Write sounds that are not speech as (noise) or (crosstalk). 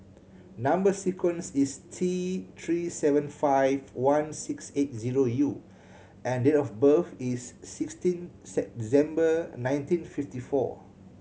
number sequence is T Three seven five one six eight zero U and date of birth is sixteen (unintelligible) December nineteen fifty four